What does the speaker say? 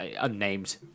unnamed